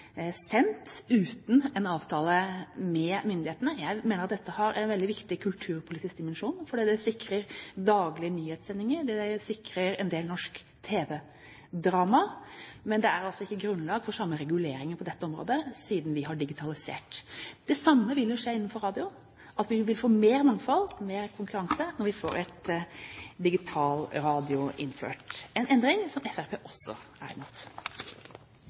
sendt uten en avtale med myndighetene. Jeg mener at dette har en veldig viktig kulturpolitisk dimensjon, for det sikrer daglige nyhetssendinger, og det sikrer en del norske tv-dramaer, men det er altså ikke grunnlag for samme regulering på dette området siden vi har digitalisert. Det samme vil jo skje innenfor radio, at vi vil få mer mangfold og mer konkurranse når vi får innført digitalradio, en endring som Fremskrittspartiet også er imot.